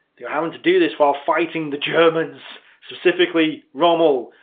they were having to do this while fighting the germans, specifically rommel,